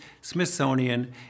Smithsonian